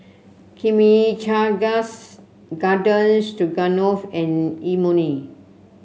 Chimichangas Garden Stroganoff and Imoni